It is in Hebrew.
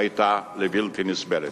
היתה בלתי נסבלת.